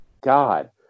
God